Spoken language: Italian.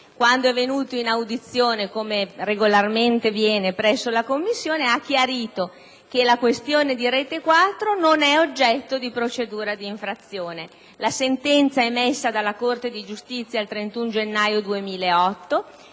ascoltato in audizione - come regolarmente fa presso la Commissione - ha chiarito che la questione di Rete4 non è oggetto di procedura d'infrazione. La sentenza emessa dalla Corte di giustizia il 31 gennaio 2008